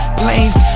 planes